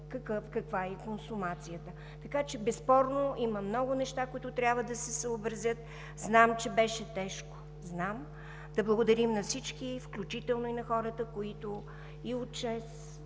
каква е и консумацията. Безспорно има много неща, които трябва да се съобразят. Знам, че беше тежко. Знам! Да благодарим на всички, включително и на хората, и от ЧЕЗ,